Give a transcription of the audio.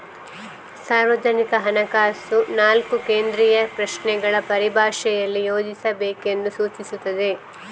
ಸಾರ್ವಜನಿಕ ಹಣಕಾಸು ನಾಲ್ಕು ಕೇಂದ್ರೀಯ ಪ್ರಶ್ನೆಗಳ ಪರಿಭಾಷೆಯಲ್ಲಿ ಯೋಚಿಸಬೇಕೆಂದು ಸೂಚಿಸುತ್ತದೆ